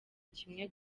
kimwe